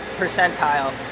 percentile